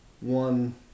one